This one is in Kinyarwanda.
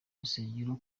urusengero